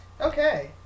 Okay